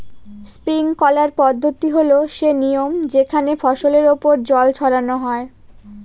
sprinkler পদ্ধতি হল সে নিয়ম যেখানে ফসলের ওপর জল ছড়ানো হয়